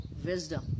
wisdom